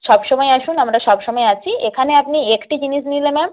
সবসময় আসুন আমরা সবসময় আছি এখানে আপনি একটি জিনিস নিলে ম্যাম